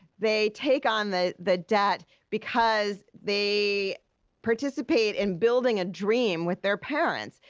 they take on the the debt because they participate in building a dream with their parents,